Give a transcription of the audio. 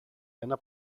ένα